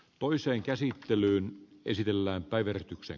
moiseen käsittelyyn edun mukaisesti